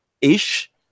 ish